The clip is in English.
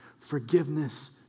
Forgiveness